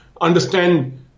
understand